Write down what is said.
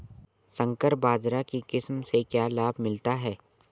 संकर बाजरा की किस्म से क्या लाभ मिलता है?